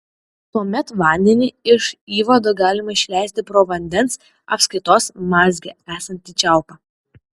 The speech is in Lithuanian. tuomet vandenį iš įvado galima išleisti pro vandens apskaitos mazge esantį čiaupą